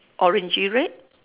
orangey red